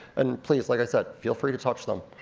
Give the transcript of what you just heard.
and please, like i said, feel free to touch them.